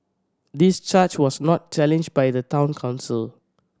this charge was not challenged by the Town Council